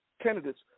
Candidates